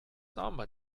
samba